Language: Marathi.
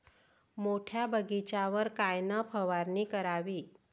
मोठ्या बगीचावर कायन फवारनी करावी?